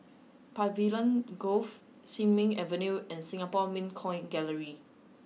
Pavilion Grove Sin Ming Avenue and Singapore Mint Coin Gallery